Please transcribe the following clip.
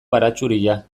baratxuria